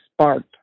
sparked